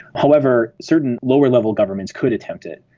however, certain lower-level governments could attempt it.